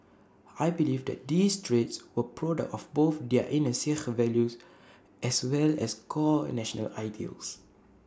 I believe that these traits were product of both their inner Sikh values as well as core national ideals